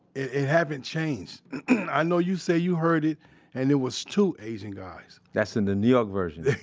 it it hasn't changed i know you say you heard it and it was two asian guys that's in the new york version. d